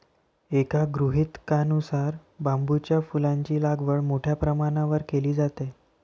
एका गृहीतकानुसार बांबूच्या फुलांची लागवड मोठ्या प्रमाणावर केली जाते